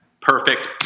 perfect